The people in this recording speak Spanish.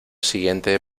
siguiente